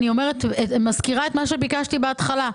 אני מזכירה את מה שביקשתי בהתחלה: